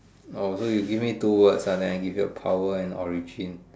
oh so you give me two words ah then I give you a power and origin